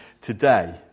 today